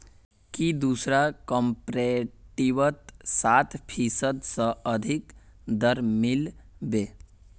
की दूसरा कॉपरेटिवत सात फीसद स अधिक दर मिल बे